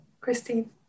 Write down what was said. Christine